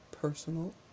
personal